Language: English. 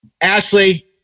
Ashley